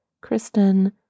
Kristen